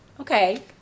Okay